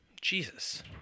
jesus